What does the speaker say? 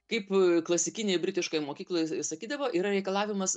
kaip klasikinėj britiškoj mokykloj sakydavo yra reikalavimas